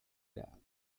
that